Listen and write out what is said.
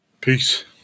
Peace